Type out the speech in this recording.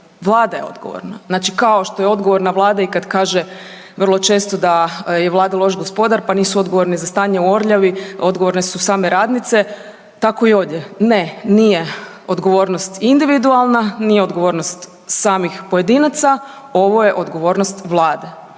rada je loš. Znači Vlada je odgovorna Vlada i kad kaže vrlo često da je Vlada loš gospodar pa nisu odgovorni za stanje u Orljavi, odgovorne su same radnice, tako i ovdje. Ne, nije odgovornost individualna, nije odgovornost samih pojedinaca, ovo je odgovornost Vlade